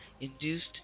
induced